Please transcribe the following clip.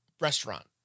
restaurant